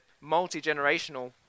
multi-generational